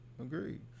Agreed